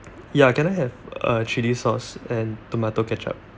ya can I have uh chilli sauce and tomato ketchup